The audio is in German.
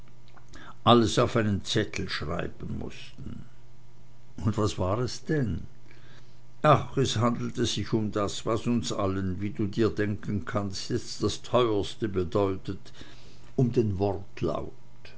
alles auf einen zettel schreiben mußten und was war es denn ach es handelte sich um das was uns allen wie du dir denken kannst jetzt das teuerste bedeutet um den